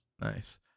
Nice